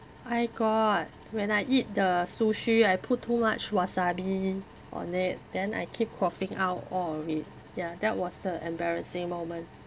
I got when I eat the sushi I put too much wasabi on it then I keep coughing out all of it ya that was the embarrassing moment